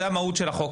זו המהות של החוק.